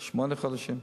שמונה חודשים.